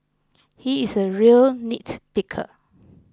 he is a real nitpicker